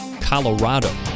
Colorado